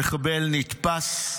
המחבל נתפס,